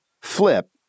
flip